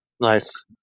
Nice